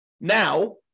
now